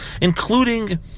including